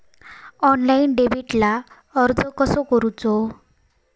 Online डेबिटला अर्ज कसो करूचो?